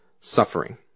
suffering